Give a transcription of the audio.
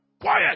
quiet